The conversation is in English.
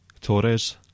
Torres